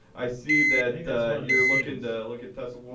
i see that you're looking like at tesla.